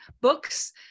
books